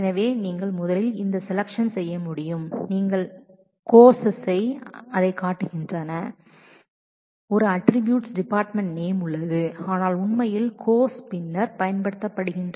எனவே நீங்கள் முதலில் இந்தத் செலக்சன் செய்ய முடியும் இங்கே கோர்செஸ் அதைக் காட்டுகின்றன ஒரு அட்ட்ரிபூயூட்ஸ் டிபார்ட்மெண்ட் நேம் உள்ளது ஆனால் உண்மையில் கோர்செஸ் ப்ரொஜெக்ஷன்ஸ் பின்னர் பயன்படுத்தப்படுகின்றது